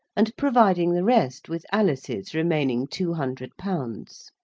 and providing the rest with alice's remaining two hundred pounds.